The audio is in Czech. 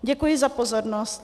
Děkuji za pozornost.